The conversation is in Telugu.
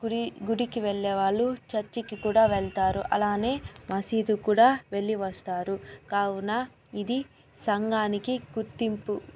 గుడి గుడికి వెళ్లే వాళ్ళు చర్చికి కూడా వెళ్తారు అలానే మసీదు కూడా వెళ్లి వస్తారు కావున ఇది సంఘానికి గుర్తింపు